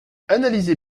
analysez